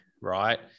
right